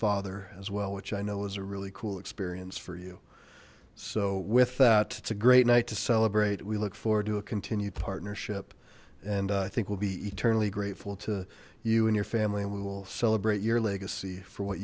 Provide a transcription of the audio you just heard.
father as well which i know was a really cool experience for you so with that it's a great night to celebrate we look forward to a continued partnership and i think we'll be eternally grateful to you and your family and we will celebrate your legacy for what